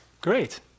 great